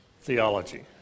theology